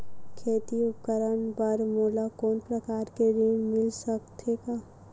खेती उपकरण बर मोला कोनो प्रकार के ऋण मिल सकथे का?